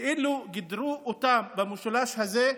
כאילו גידרו אותם במשולש הזה,